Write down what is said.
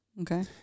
Okay